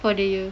for the year